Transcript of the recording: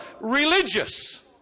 religious